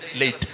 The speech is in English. late